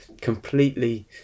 completely